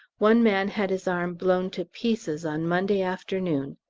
one man had his arm blown to pieces on monday afternoon,